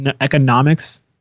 economics